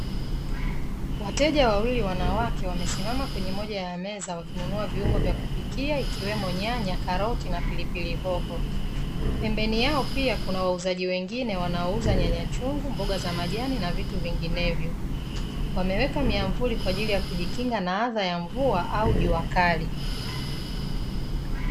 Wateja wawili wanawake wamesimama kwenye moja ya meza wakinunua vioungo vya kupikia ikiwemo: nyanya, karoti na pilipili hoho. Pembeni yao pia kuna wauzaji wengine wanaouza: nyanya chungu, mboga za majani na vitu vinginevyo; wameweka miavuli kwa ajili ya kujikinga na adha ya mvua au jua kali.